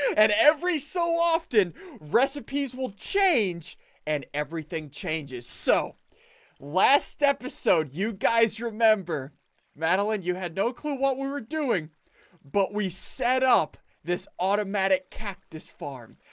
and every so often recipes will change and everything changes so last episode you guys remember madeleine you had no clue what we were doing but we set up this automatic cactus farm,